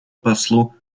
послу